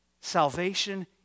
Salvation